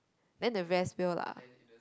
then the rest will lah